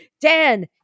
Dan